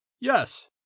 Yes